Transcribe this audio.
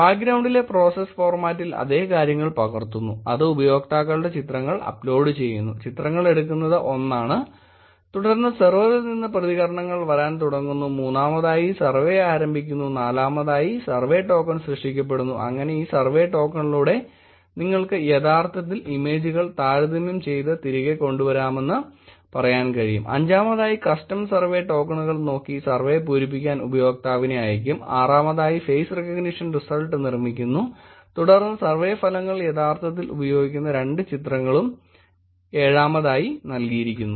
ബാക്ഗ്രൌണ്ടിലെ process ഫോർമാറ്റിൽ അതെ കാര്യങ്ങൾ പകർത്തുന്നു അത് ഉപയോക്താക്കളുടെ ചിത്രങ്ങൾ അപ്ലോഡ് ചെയ്യുന്നു ചിത്രങ്ങൾ എടുക്കുന്നത് 1 ആണ് തുടർന്ന് സെർവറിൽ നിന്ന് പ്രതികരണങ്ങൾ വരാൻ തുടങ്ങുന്നു 3 ആമതായി സർവ്വേ ആരംഭിക്കുന്നു നാലാമതായി സർവേ ടോക്കൺ സൃഷ്ടിക്കപ്പെടുന്നു അങ്ങനെ ഈ സർവേ ടോക്കണിലൂടെ നിങ്ങൾക്ക് യഥാർത്ഥത്തിൽ ഇമേജുകൾ താരതമ്യം ചെയ്ത് തിരികെ കൊണ്ടുവരുമെന്ന് പറയാൻ കഴിയും 5 ആമതായി കസ്റ്റം സർവേ ടോക്കണുകൾ നോക്കി സർവ്വേ പൂരിപ്പിക്കാൻ ഉപയോക്താവിനെ അയക്കും 6 ആമതായി ഫേസ് റെക്കഗ്നിഷൻ റിസൾട്ട് നിർമിക്കുന്നു തുടർന്ന് സർവേ ഫലങ്ങൾ യഥാർത്ഥത്തിൽ ഉപയോഗിക്കുന്ന രണ്ട് ചിത്രങ്ങളും 7 ആമതായി നൽകിയിരിക്കുന്നു